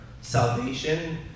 salvation